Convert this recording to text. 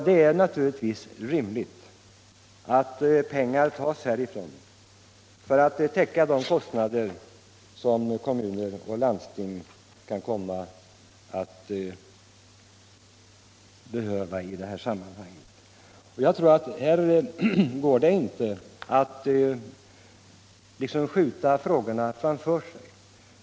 Det är naturligtvis rimligt att pengar tas härifrån för att täcka de kostnader som kommuner och landsting kan komma att få i det här sammanhanget. Det går inte att skjuta frågorna framför sig.